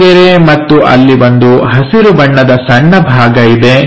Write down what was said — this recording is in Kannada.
ಆ ಗೆರೆ ಮತ್ತು ಅಲ್ಲಿ ಒಂದು ಹಸಿರು ಬಣ್ಣದ ಸಣ್ಣ ಭಾಗ ಇದೆ